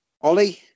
Ollie